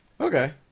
Okay